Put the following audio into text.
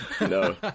No